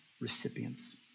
recipients